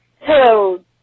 Hello